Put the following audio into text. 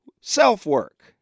self-work